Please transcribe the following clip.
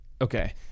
Okay